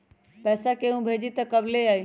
पैसा केहु भेजी त कब ले आई?